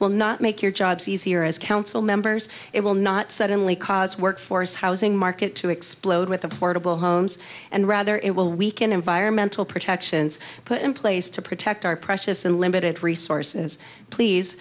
will not make your jobs easier as council members it will not suddenly cause workforce housing market to explode with affordable homes and rather it will weaken environmental protections put in place to protect our precious and limited resources please